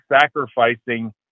sacrificing